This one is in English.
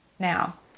Now